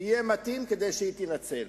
כדי שהיא תינצל.